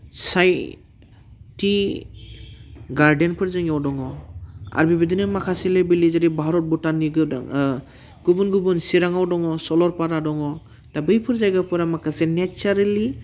साइ टि गार्देनफोर जोंनियाव दङ आरो बिबायदिनो माखासे लेभेलनि भारत भुटाननि गोदां गुबुन गुबुन चिरांआव दङ सरलफारा दङ दा बैफोर जायगाफोरा माखासे नेसारेलि